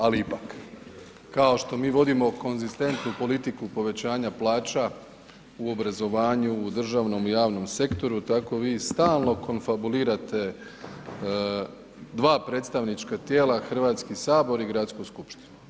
Ali ipak, kao što mi vodimo konzistentnu politiku povećanja plaća u obrazovanju, u državnom i javnom sektoru, tako vi stalno konfabulirate dva predstavnička tijela, Hrvatski sabor i Gradsku skupštinu.